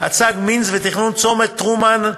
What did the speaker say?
מינץ ותכנון צומת הרי טרומן,